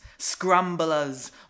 scramblers